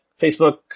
Facebook